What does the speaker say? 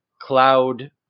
cloud